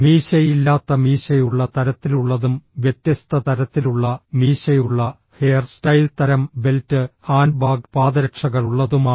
മീശയില്ലാത്ത മീശയുള്ള തരത്തിലുള്ളതും വ്യത്യസ്ത തരത്തിലുള്ള മീശയുള്ള ഹെയർ സ്റ്റൈൽ തരം ബെൽറ്റ് ഹാൻഡ്ബാഗ് പാദരക്ഷകളുള്ളതുമാണ്